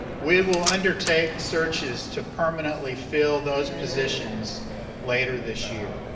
we will undertake searches to permanently fill those positions later this year.